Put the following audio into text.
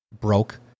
broke